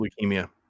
leukemia